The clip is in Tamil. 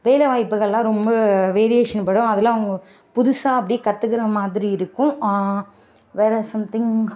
வேலைவாய்ப்புகள்லாம் ரொம்ப வேரியேஷன் படும் அதலாம் அவங்க புதுசாக அப்படியே கத்துக்கிற மாதிரி இருக்கும் வேறு சம்திங்